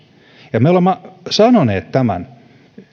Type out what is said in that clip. ja me olemme sanoneet tämän